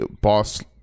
boss